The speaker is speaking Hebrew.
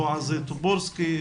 בועז טופורובסקי,